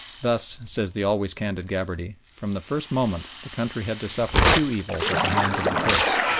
thus, says the always candid gabarty, from the first moment the country had to suffer two evils at the hands of the turks.